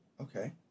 Okay